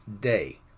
day